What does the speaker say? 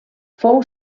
fou